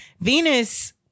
Venus